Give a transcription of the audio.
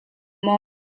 maw